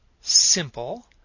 simple